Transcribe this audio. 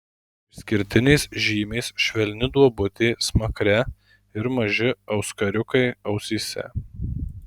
išskirtinės žymės švelni duobutė smakre ir maži auskariukai ausyse